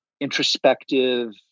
introspective